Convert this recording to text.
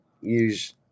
use